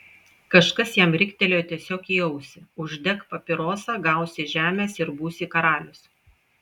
kažkas jam riktelėjo tiesiog į ausį uždek papirosą gausi žemės ir būsi karalius